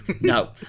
no